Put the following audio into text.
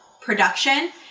production